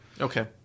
Okay